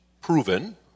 proven